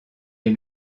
est